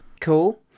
Cool